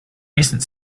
recent